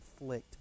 inflict